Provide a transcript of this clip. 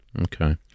Okay